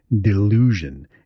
DELUSION